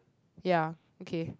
ya okay